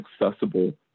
accessible